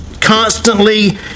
Constantly